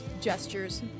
gestures